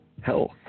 health